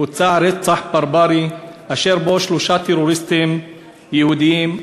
בוצע רצח ברברי אשר בו שלושה טרוריסטים יהודים,